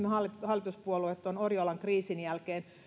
hallituspuolueet puhuimme oriolan kriisin jälkeen